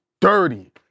dirty